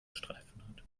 streifen